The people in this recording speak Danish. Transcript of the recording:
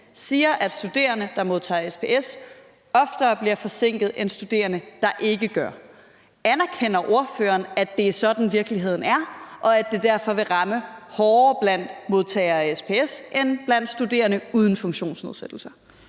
siger, at studerende, der modtager SPS, oftere bliver forsinket end studerende, der ikke gør. Anerkender ordføreren, at det er sådan, virkeligheden er, og at det derfor vil ramme hårdere blandt modtagere af SPS end blandt studerende uden funktionsnedsættelser?